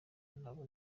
nabo